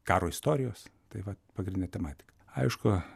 karo istorijos tai va pagrindinė tema tik aišku